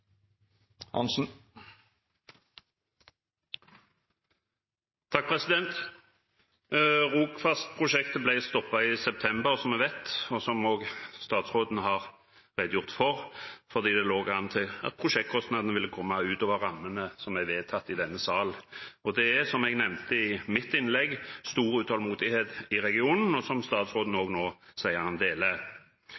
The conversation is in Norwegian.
i september, som vi vet, fordi det, som også statsråden har redegjort for, lå an til at prosjektkostnadene vil komme utover rammene som er vedtatt i denne sal. Det er, som jeg nevnte i mitt innlegg, stor utålmodighet i regionen, noe statsråden